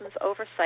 Oversight